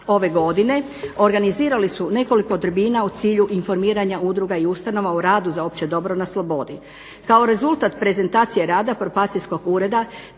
ove godine organizirali su nekoliko tribina u cilju informiranja udruga i ustanova o radu za opće dobro na slobodi. Kao rezultat prezentacije rada probacijskog ureda